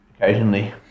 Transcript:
occasionally